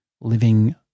living